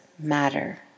matter